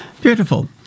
Beautiful